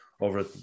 over